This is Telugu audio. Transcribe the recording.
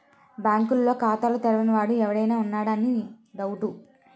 బాంకుల్లో ఖాతాలు తెరవని వాడు ఎవడైనా ఉన్నాడా అని డౌటు